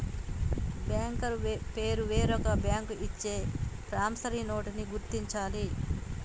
banker పేరు వేరొక bank ఇచ్చే ప్రామిసరీ నోటుని గుర్తించాలి